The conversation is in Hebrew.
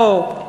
לא.